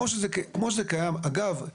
אגב,